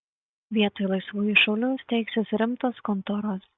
vietoj laisvųjų šaulių steigsis rimtos kontoros